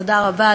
תודה רבה,